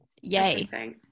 Yay